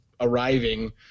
arriving